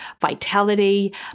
vitality